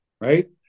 right